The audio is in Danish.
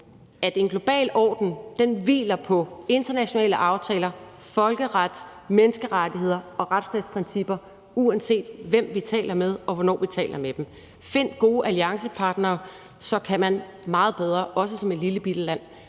at en global orden hviler på internationale aftaler, folkeret, menneskerettigheder og retsstatsprincipper, uanset hvem vi taler med og hvornår vi taler med dem. Find gode alliancepartnere; så kan man meget bedre, også som et lillebitte land,